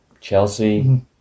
chelsea